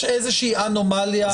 יש איזושהי אנומליה.